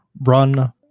run